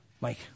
Mike